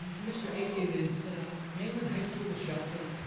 mr. akin, is mainland high school a shelter?